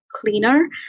cleaner